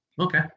okay